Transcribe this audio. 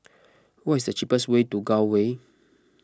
what is the cheapest way to Gul Way